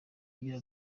agira